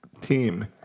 team